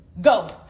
Go